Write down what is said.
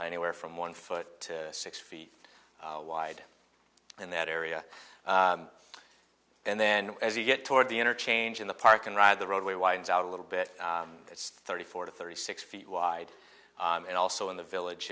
anywhere from one foot to six feet wide in that area and then as you get toward the interchange in the park and ride the roadway winds out a little bit it's thirty four to thirty six feet wide and also in the village